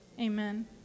Amen